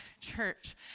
church